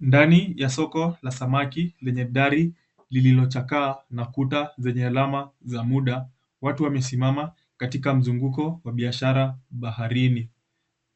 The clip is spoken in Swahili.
Ndani ya soko la samaki lenye dari lililochakaa na kuta zenye alama za muda, watu wamesimama katika mzunguko wa biashara baharini.